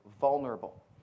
vulnerable